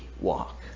walk